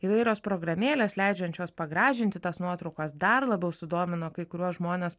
įvairios programėlės leidžiančios pagražinti tas nuotraukas dar labiau sudomino kai kuriuos žmones